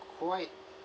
quite